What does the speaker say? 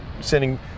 sending